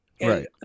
Right